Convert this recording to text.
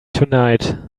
tonight